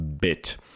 bit